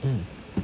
um